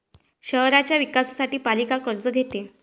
शहराच्या विकासासाठी पालिका कर्ज घेते